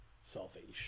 salvation